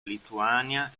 lituania